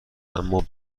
اما